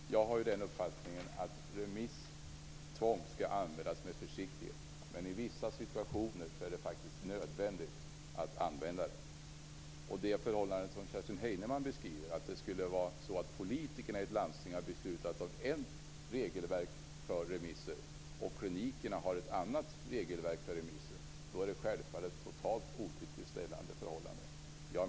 Fru talman! Jag har den uppfattningen att remisstvång skall användas med försiktighet. Men i vissa situationer är det faktiskt nödvändigt att använda sig av det. Det förhållande som Kerstin Heinemann beskriver, att politiker i ett landsting har beslutat om ett regelverk för remisser och klinikerna tillämpar ett annat, är självfallet totalt otillfredsställande.